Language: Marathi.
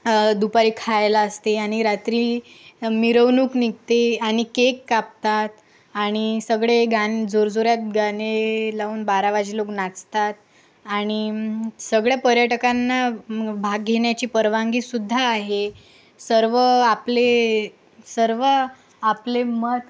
दुपारी खायला असते आणि रात्री मिरवणूक निघते आणि केक कापतात आणि सगळे गान जोरजोरात गाणे लावून बारा वाजे लोक नाचतात आणि सगळ्या पर्यटकांना भाग घेण्याची परवानगीसुद्धा आहे सर्व आपले सर्व आपले मत